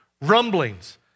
rumblings